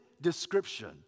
description